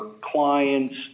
clients